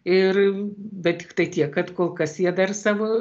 ir bet tiktai tiek kad kol kas jie dar savo